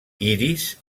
iris